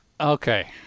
Okay